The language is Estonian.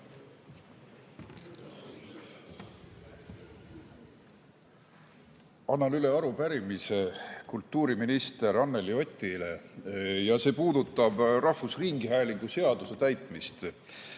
Annan üle arupärimise kultuuriminister Anneli Otile. See puudutab rahvusringhäälingu seaduse täitmist.